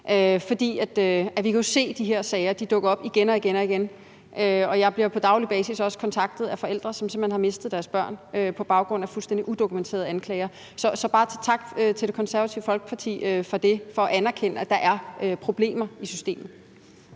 For vi kan jo se, at de her sager dukker op igen og igen. Jeg bliver på daglig basis kontaktet af forældre, som simpelt hen har mistet deres børn på baggrund af fuldstændig udokumenterede anklager. Så jeg vil bare sige tak til Det Konservative Folkeparti for at anerkende, at der er problemer i systemet.